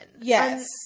Yes